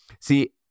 See